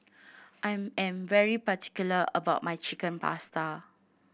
I am very particular about my Chicken Pasta